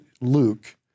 Luke